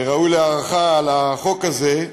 ראוי להערכה על החוק הזה,